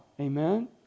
Amen